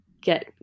get